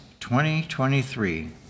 2023